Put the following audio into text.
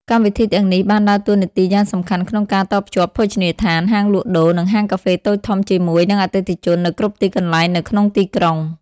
កម្មវិធីទាំងនេះបានដើរតួនាទីយ៉ាងសំខាន់ក្នុងការតភ្ជាប់ភោជនីយដ្ឋាន ហាងលក់ដូរ និងហាងកាហ្វេតូចធំជាមួយនឹងអតិថិជននៅគ្រប់ទីកន្លែងនៅក្នុងទីក្រុង។